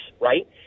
right